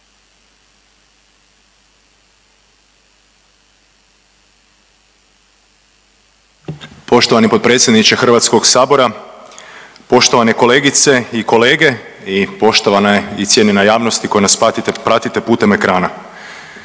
Poštovani potpredsjedniče HS-a, poštovani kolegice i kolege i poštovane i cijenjena javnosti koja nas pratite putem ekrana.